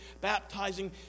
baptizing